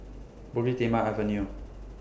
Bukit Timah Avenue